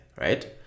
right